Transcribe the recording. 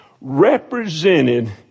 represented